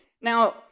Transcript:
Now